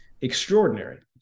extraordinary